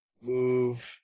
Move